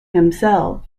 himself